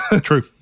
true